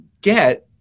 get